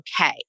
okay